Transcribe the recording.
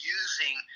using